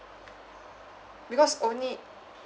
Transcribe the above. because only